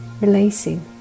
releasing